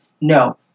No